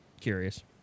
curious